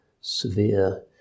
severe